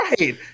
right